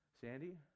Sandy